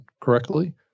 correctly